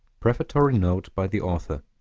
prefatory note by the author